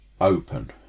Open